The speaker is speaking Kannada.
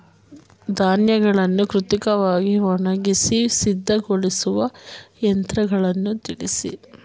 ಧಾನ್ಯಗಳನ್ನು ಕೃತಕವಾಗಿ ಒಣಗಿಸಿ ಸಿದ್ದಗೊಳಿಸುವ ಯಂತ್ರಗಳನ್ನು ತಿಳಿಸಿ?